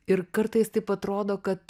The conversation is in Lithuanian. ir kartais taip atrodo kad